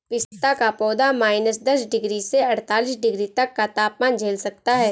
पिस्ता का पौधा माइनस दस डिग्री से अड़तालीस डिग्री तक का तापमान झेल सकता है